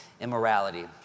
immorality